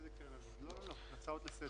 בבקשה.